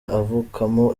avukamo